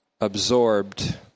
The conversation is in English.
absorbed